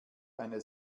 eine